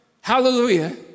Hallelujah